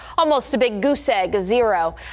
almost a big goose egg zero.